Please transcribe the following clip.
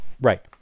Right